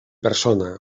persona